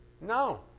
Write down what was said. No